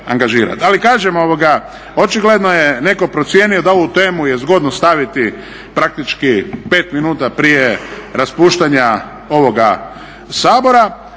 kažem očigledno je netko procijenio da ovu temu je zgodno staviti praktički pet minuta prije raspuštanja ovoga Sabora.